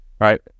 Right